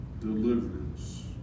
deliverance